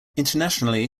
internationally